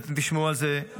ואתם תשמעו על זה בהמשך.